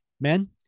Men